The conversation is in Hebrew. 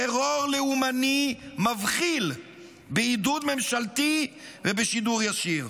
טרור לאומני מבחיל בעידוד ממשלתי ובשידור ישיר,